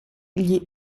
gli